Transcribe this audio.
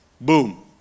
boom